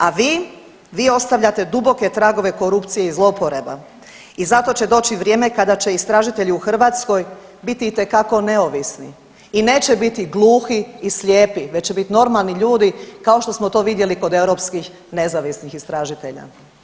A vi, vi ostavljate duboke tragove korupcije i zlouporaba i zato će doći vrijeme kada će istražitelji u Hrvatskoj biti itekako neovisni i neće biti gluhi i slijepi već će biti normalni ljudi kao što smo to vidjeli kod europskih nezavisnih istražitelja.